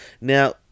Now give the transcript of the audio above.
Now